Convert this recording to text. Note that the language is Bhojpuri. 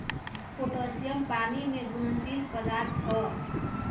पोटाश पानी में घुलनशील पदार्थ ह